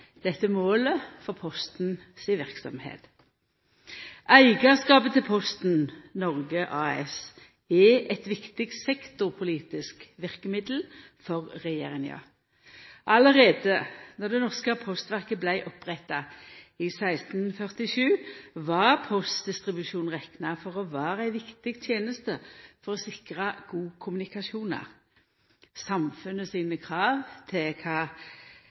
dette målet for Posten si verksemd. Eigarskapen til Posten Noreg AS er eit viktig sektorpolitisk verkemiddel for regjeringa. Allereie då det norske postverket vart oppretta i 1647, var postdistribusjon rekna for å vera ei viktig teneste for å sikra gode kommunikasjonar. Samfunnet sine krav til kva